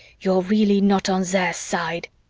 you're really not on their side.